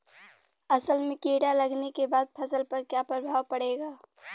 असल में कीड़ा लगने के बाद फसल पर क्या प्रभाव पड़ेगा?